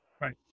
Right